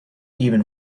even